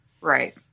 Right